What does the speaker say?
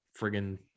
friggin